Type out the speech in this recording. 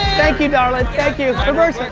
thank you darling, thank you. reverse,